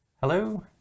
Hello